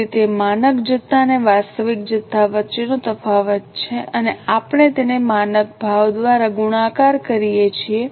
તેથી તે માનક જથ્થા અને વાસ્તવિક જથ્થા વચ્ચેનો તફાવત છે અને આપણે તેને માનક ભાવ દ્વારા ગુણાકાર કરીએ છીએ